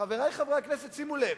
חברי חברי הכנסת, שימו לב,